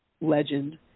legend